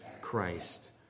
Christ